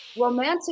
Romantic